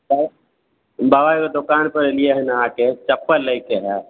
दऽ बाबा यौ दोकान पर एलियै हन अहाँके चप्पल लै के हय